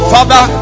Father